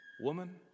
Woman